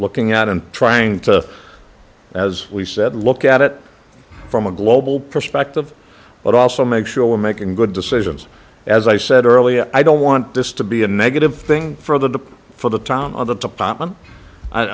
looking at and trying to as we said look at it from a global perspective but also make sure we're making good decisions as i said earlier i don't want this to be a negative thing for the for the time of the